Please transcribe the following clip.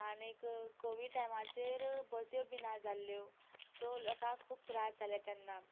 आनीक कोवीड टायमाचेर बस्यो बीन ना जाल्ल्यो सो लोकांक खूब त्रास जालें तेन्ना